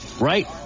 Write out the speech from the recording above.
Right